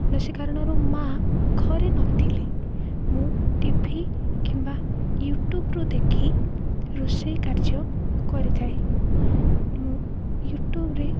କୌଣସି କାରଣରୁ ମାଆ ଘରେ ନଥିଲି ମୁଁ ଟିଭି କିମ୍ବା ୟୁଟ୍ୟୁବ୍ରୁୁ ଦେଖି ରୋଷେଇ କାର୍ଯ୍ୟ କରିଥାଏ ମୁଁ ୟୁଟ୍ୟୁବ୍ରେ